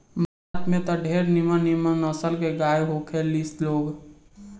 भारत में त ढेरे निमन निमन नसल के गाय होखे ली लोग